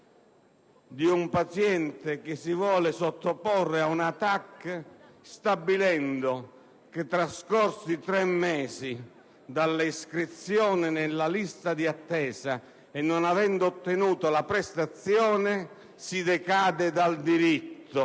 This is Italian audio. di un paziente che si vuole sottoporre a una TAC stabilendo che, trascorsi tre mesi dall'iscrizione nella lista di attesa e non avendo ottenuto la prestazione, il paziente decade dal diritto